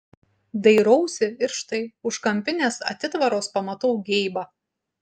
dairausi ir štai už kampinės atitvaros pamatau geibą